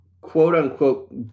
quote-unquote